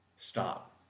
Stop